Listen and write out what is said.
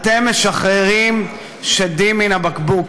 אתם משחררים שדים מהבקבוק,